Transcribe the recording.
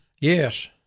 Yes